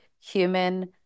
human